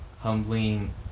humbling